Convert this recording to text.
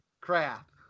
crap